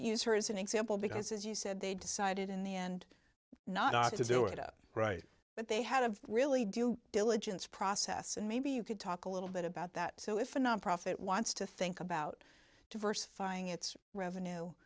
use her as an example because as you said they decided in the end not to do it up right but they had of really due diligence process and maybe you could talk a little bit about that so if a nonprofit wants to think about diversifying its revenue